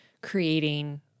creating